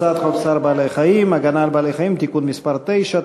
הצעת חוק צער בעלי-חיים (הגנה על בעלי-חיים) (תיקון מס' 9),